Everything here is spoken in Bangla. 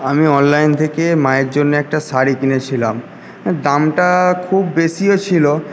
আমি অনলাইন থেকে মায়ের জন্য একটা শাড়ি কিনেছিলাম দামটা খুব বেশিও ছিল